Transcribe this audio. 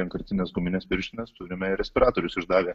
vienkartines gumines pirštines turime ir respiratorius išdavę